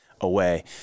away